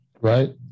Right